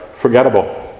forgettable